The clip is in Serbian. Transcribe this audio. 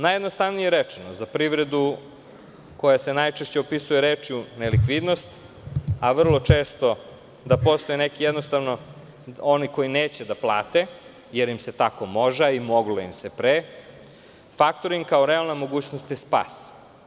Najjednostavnije rečeno, za privredu koja se najčešće opisuje rečju nelikvidnost, a vrlo često da postoje oni koji neće da plate jer im se tako može, a i moglo im se pre, faktoring kao realna mogućnost je spas.